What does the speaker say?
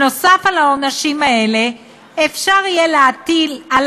נוסף על העונשים האלה אפשר יהיה להטיל על